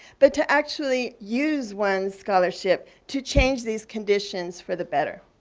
but to actually use one's scholarship to change these conditions for the better.